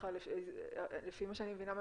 לפי מה שאני מבינה מהפרופ'